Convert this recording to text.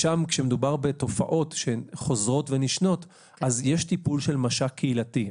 שם כשמדובר בתופעות חוזרות ונשנות אז יש טיפול של מש"ק קהילתי,